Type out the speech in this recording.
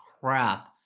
crap